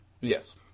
Yes